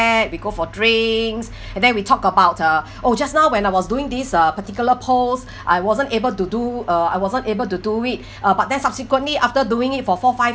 we go for drinks and then we talk about uh oh just now when I was doing this uh particular pose I wasn't able to do uh I wasn't able to do it uh but then subsequently after doing it for four five